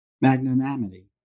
magnanimity